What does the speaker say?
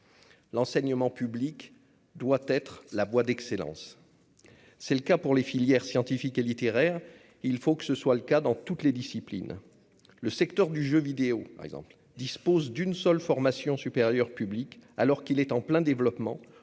L'enseignement public doit être la voie d'excellence. Tel est le cas pour les filières scientifique et littéraire ; il faut qu'il en aille de même dans toutes les disciplines. Le secteur du jeu vidéo, par exemple, dispose d'une seule formation supérieure publique, alors qu'il est en plein développement,